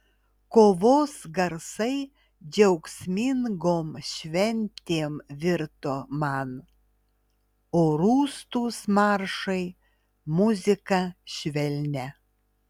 kovos garsai džiaugsmingom šventėm virto man o rūstūs maršai muzika švelnia